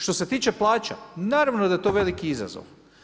Što se tiče plaća, naravno da je to veliki izazov.